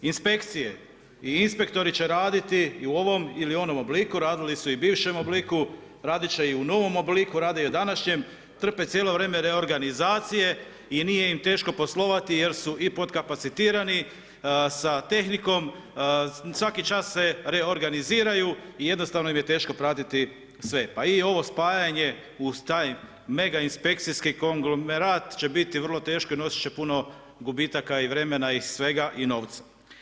Inspekcije i inspektori će raditi i u ovom ili onom obliku, radili su i bivšem obliku, radit će i u novom obliku, rade i u današnjem, trpe cijelo vrijeme reorganizacije i nije im teško poslovati, jer su i pod kapacitirani sa tehnikom, svaki čas se reorganiziraju i jednostavno im je teško pratiti sve, pa i ovo spajanje uz taj mega inspekcijski konglomerat će biti vrlo teško i nosit će puno gubitaka i vremena i svega i novca.